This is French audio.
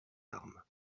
armes